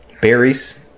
Berries